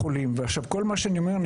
בכל מה שאני אומר,